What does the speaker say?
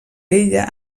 ella